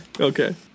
okay